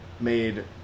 made